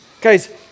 Guys